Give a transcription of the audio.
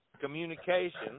Communication